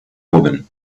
woman